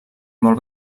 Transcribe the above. molt